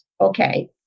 Okay